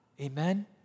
Amen